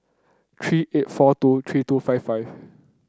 three eight four two three two five five